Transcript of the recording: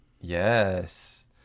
yes